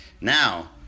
Now